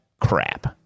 crap